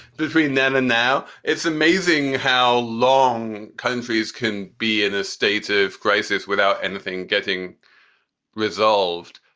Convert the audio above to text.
between then and now. it's amazing how long countries can be in a state of crisis without anything getting resolved,